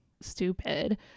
stupid